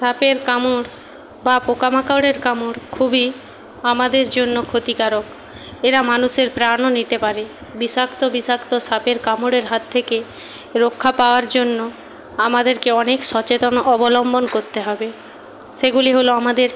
সাপের কামড় বা পোকামাকড়ের কামড় খুবই আমাদের জন্য ক্ষতিকারক এরা মানুষের প্রাণও নিতে পারে বিষাক্ত বিষাক্ত সাপের কামড়ের হাত থেকে রক্ষা পাওয়ার জন্য আমাদেরকে অনেক সচেতন অবলম্বন করতে হবে সেগুলি হল আমাদের